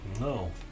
No